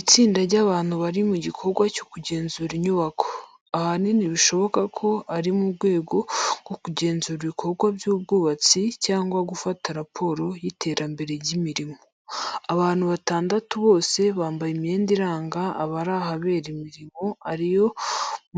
Itsinda ry’abantu bari mu gikorwa cyo kugenzura inyubako, ahanini bishoboka ko ari mu rwego rwo kugenzura ibikorwa by’ubwubatsi cyangwa gufata raporo y’iterambere ry’imirimo. Abantu batandatu bose bambaye imyenda iranga abari ahabera imirimo ari yo